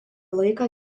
laiką